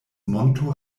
monto